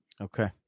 Okay